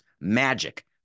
Magic